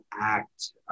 act